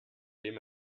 dem